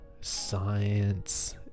science